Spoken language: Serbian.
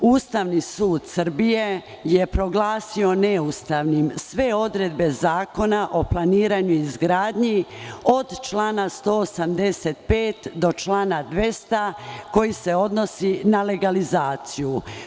Ustavni sud Srbije je proglasio neustavnim sve odredbe Zakona o planiranju i izgradnji, od člana 185. do člana 200, koji se odnosi na legalizaciju.